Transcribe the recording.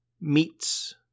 meets